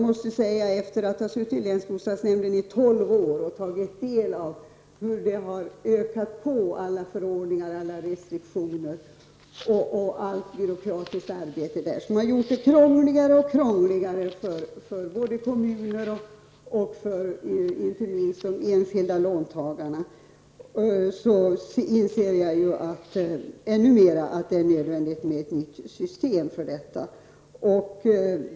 Efter att suttit med i länsbostadsnämnden i tolv år och efter att ha tagit del av arbetet där -- jag tänker då på alla förordningar och restriktioner som har tillkommit samt på all byråkrati som enbart har inneburit att det har blivit allt krångligare för kommuner och, inte minst, för enskilda låntagare -- inser jag ännu mera att det är nödvändigt att vi får ett nytt system för detta.